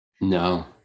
No